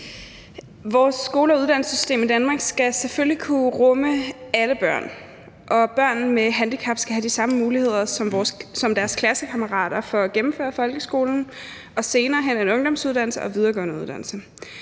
Vores skole- og uddannelsessystem i Danmark skal selvfølgelig kunne rumme alle børn, og børn med handicap skal have de samme muligheder som deres klassekammerater for at gennemføre folkeskolen og senere hen en ungdomsuddannelse og en videregående uddannelse.